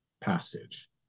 passage